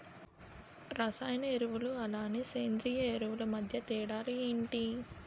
రసాయన ఎరువులు అలానే సేంద్రీయ ఎరువులు మధ్య తేడాలు ఏంటి?